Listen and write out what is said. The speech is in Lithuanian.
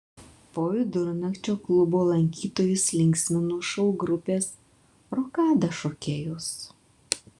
po vidurnakčio klubo lankytojus linksmino šou grupės rokada šokėjos